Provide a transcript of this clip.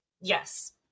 Yes